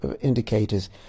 indicators